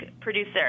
producer